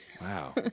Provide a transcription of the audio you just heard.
Wow